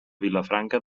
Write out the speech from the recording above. vilafranca